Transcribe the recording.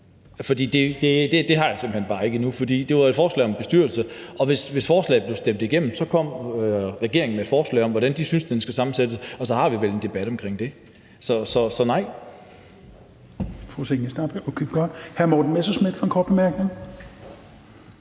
Det har jeg simpelt hen bare ikke endnu, for det var et forslag om en bestyrelse, og hvis forslaget bliver stemt igennem, kommer regeringen med et forslag om, hvordan de synes den skal sammensættes, og så har vi vel en debat om det. Så nej.